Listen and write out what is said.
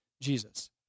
Jesus